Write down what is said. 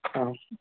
आम्